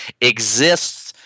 exists